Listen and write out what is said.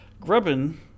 grubbin